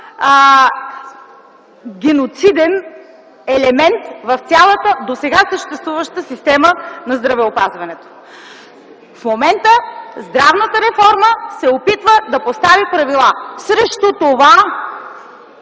геноциден елемент в цялата досега съществуваща система на здравеопазването! В момента здравната реформа се опитва да постави правила. Срещу това